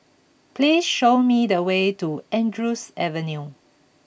please show me the way to Andrews Avenue